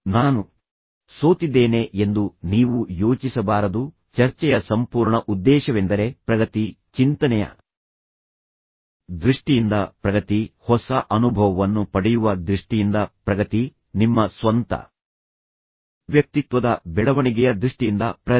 ನಾನು ಸೋತಿದ್ದೇನೆ ಎಂದು ನೀವು ಯೋಚಿಸಬಾರದು ಚರ್ಚೆಯ ಸಂಪೂರ್ಣ ಉದ್ದೇಶವೆಂದರೆ ಪ್ರಗತಿ ಚಿಂತನೆಯ ದೃಷ್ಟಿಯಿಂದ ಪ್ರಗತಿ ಹೊಸ ಅನುಭವವನ್ನು ಪಡೆಯುವ ದೃಷ್ಟಿಯಿಂದ ಪ್ರಗತಿ ನಿಮ್ಮ ಸ್ವಂತ ವ್ಯಕ್ತಿತ್ವದ ಬೆಳವಣಿಗೆಯ ದೃಷ್ಟಿಯಿಂದ ಪ್ರಗತಿ